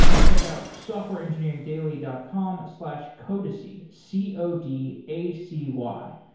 check out softwareengineeringdaily dot com slash codacy, c o d a c y.